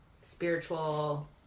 spiritual